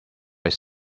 its